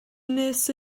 nes